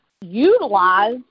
utilize